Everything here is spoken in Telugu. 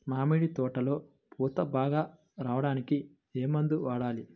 మామిడి తోటలో పూత బాగా రావడానికి ఏ మందు వాడాలి?